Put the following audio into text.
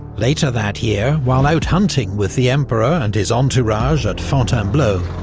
later that year, while out hunting with the emperor and his entourage at fontainebleau,